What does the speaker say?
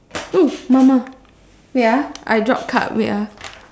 oo mama wait ah I drop card wait ah